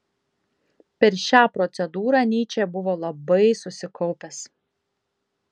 per šią procedūrą nyčė buvo labai susikaupęs